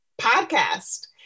podcast